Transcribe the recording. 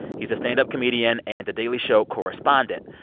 he's a standup comedian and the daily show correspondent.